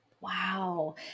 Wow